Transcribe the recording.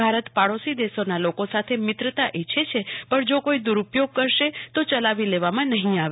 ભારત પાડોશી દેશના લોકો સાથે મિત્રતા ઈચ્છે છે પણ જો કોઈ દુરઉપયોગ કરશે તો ચલાવી લેવામાં નહી આવે